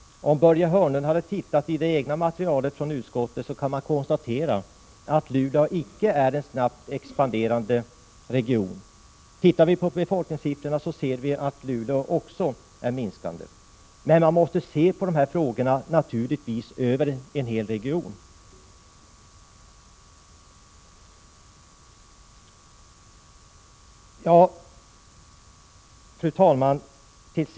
Om Börje Hörnlund hade tittati 21 maj 1987 materialet från utskottet hade han kunnat konstatera att Luleå icke är en snabbt expanderande region. Tittar vi på befolkningssiffrorna ser vi att dessa också minskar i Luleå. Man måste se på dessa frågor regionvis. Fru talman!